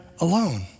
alone